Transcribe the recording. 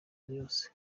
yose